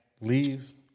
Leaves